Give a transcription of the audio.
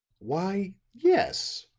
why, yes,